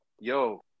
Yo